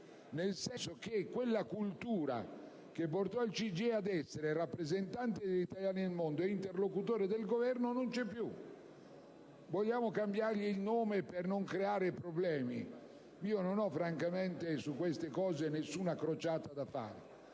nel senso che quella cultura, che portò il CGIE ad essere rappresentanza degli italiani nel mondo ed interlocutore del Governo, non c'è più. Vogliamo cambiargli il nome per non creare problemi? Non ho francamente, su queste cose, nessuna crociata da fare.